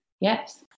Yes